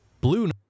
Blue